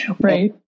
Right